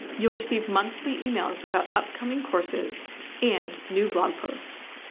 you'll receive monthly emails about upcoming courses and new blog posts.